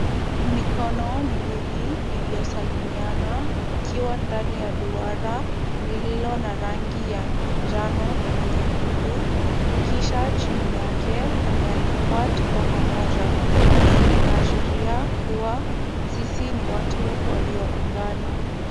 Mikono miwili iliyosalimiana ikiwa ndani ya duara iliyo na rangi ya njano na nyekundu, kisha chini yake kumeandikwa tuko pamoja. Hii inaashiria kuwa sisi ni watu walioungana.